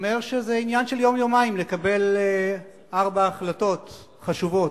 אומר שזה עניין של יום-יומיים לקבל ארבע החלטות חשובות.